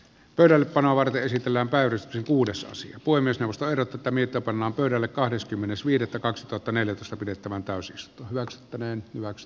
pöydällepanoa varten esitellään päivysti uudessa se voi myös nousta erotuta mitä pannaan pöydälle kahdeskymmenes viidettä kaksituhattaneljätoista pidettävään kansiosta maksettaneen max